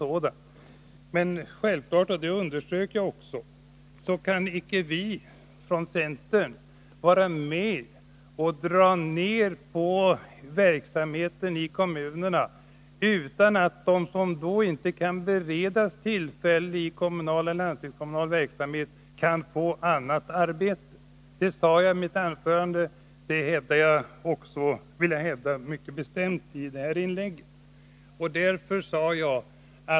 Självfallet kan inte centern, och det underströk jag också, vara med om att dra ned verksamheten i kommunerna, utan att de som då inte kan beredas sysselsättning kommunalt och landstingskommunalt kan få annat arbete. Det sade jag i mitt anförande, och det vill jag också hävda mycket bestämt i detta inlägg.